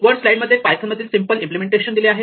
वर स्लाईड मध्ये पायथन मधील सिम्पल इम्पलेमेंटेशन दिले आहे